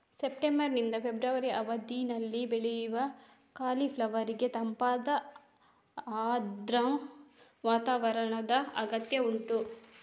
September ನಿಂದ February ಅವಧಿನಲ್ಲಿ ಬೆಳೆಯುವ ಕಾಲಿಫ್ಲವರ್ ಗೆ ತಂಪಾದ ಆರ್ದ್ರ ವಾತಾವರಣದ ಅಗತ್ಯ ಉಂಟು